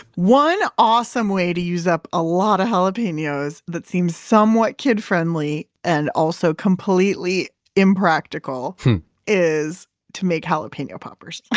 one awesome way to use up a lot of jalapenos that seems somewhat kid friendly and also completely impractical is to make jalapeno poppers. like